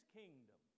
kingdom